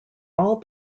all